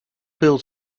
build